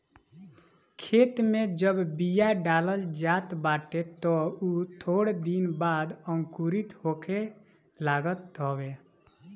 खेते में जब बिया डालल जात बाटे तअ उ थोड़ दिन बाद अंकुरित होखे लागत हवे